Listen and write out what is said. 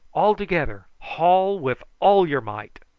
all together. haul with all your might.